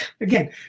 again